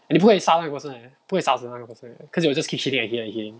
你不可以杀那个 person leh 不可以杀死那个 person cause it will just keep shooting again and again